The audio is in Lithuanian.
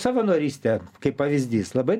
savanorystė kaip pavyzdys labai